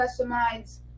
customize